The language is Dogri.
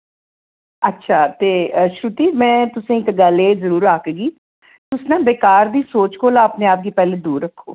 अच्छा ते श्रुती में तुसें ई इक गल्ल एह् जरूर आखगी तुस ना बेकार दी सोच कोला अपने आप गी पैह्लें दूर रक्खो